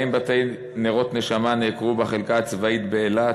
40 בתי נרות נשמה נעקרו בחלקה הצבאית באילת,